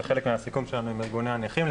זה חלק מהסיכום שלנו עם ארגוני הנכים.